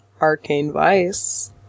ArcaneVice